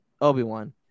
Obi-Wan